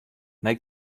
nei